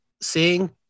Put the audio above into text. seeing